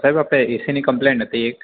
સાહેબ આપણે એસીની કંપલેન્ટ હતી એક